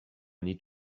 need